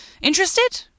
Interested